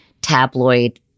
tabloid